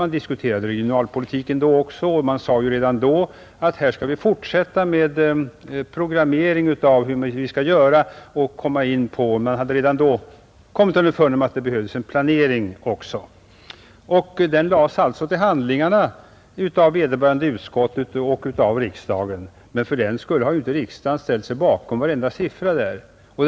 Man diskuterade regionalpolitik också då och sade bl.a. att vi skall fortsätta med program för hur vi skall göra. Man hade redan då kommit på att det också behövdes en planering. Länsplanering 1967 lades alltså till handlingarna av vederbörande utskott och av riksdagen. För den skull har inte riksdagen ställt sig bakom varenda siffra i den.